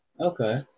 Okay